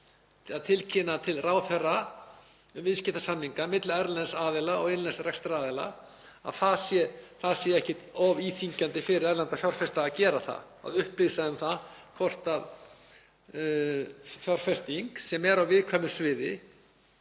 að tilkynna ráðherra um viðskiptasamninga milli erlends aðila og innlends rekstraraðila sé ekki of íþyngjandi fyrir erlenda fjárfesta, að upplýsa um það hvort fjárfesting sem er á viðkvæmu sviði,